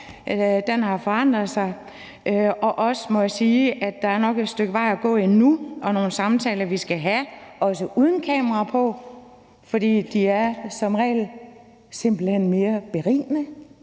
den har forandret sig, og jeg må også sige, at der er et stykke vej at gå endnu, og at vi skal have nogle samtaler, også uden kamera på, for de er som regel simpelt hen mere berigende